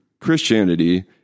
Christianity